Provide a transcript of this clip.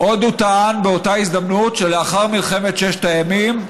עוד הוא טען באותה הזדמנות: לאחר מלחמת ששת הימים,